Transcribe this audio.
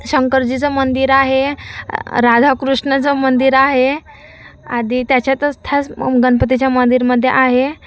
शंकरजीचं मंदिर आहे राधाकृष्णाचं मंदिर आहे आधी त्याच्यातच थास गणपतीच्या मंदिरामध्ये आहे